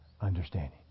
understanding